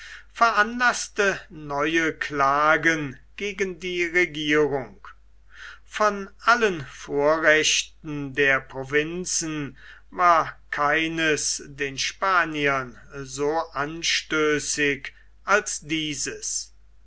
veranlaßte neue klagen gegen die regierung von allen vorrechten der provinzen war keines den spaniern so anstößig als dieses